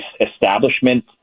establishment